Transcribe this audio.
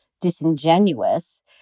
disingenuous